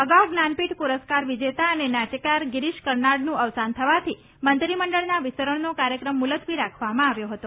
અગાઉ જ્ઞાનપીઠ પુરસ્કાર વિજેતા અને નાટ્યકાર ગીરીશ કર્નાડનું અવસાન થવાથી મંત્રીમંડળના વિસ્તરણનો કાર્યક્રમ મુલતવી રાખવામાં આવ્યો હતો